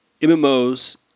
MMOs